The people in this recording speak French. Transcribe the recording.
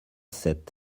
sept